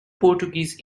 portuguese